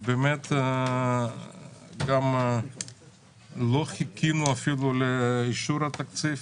לא חיכינו אפילו לאישור התקציב,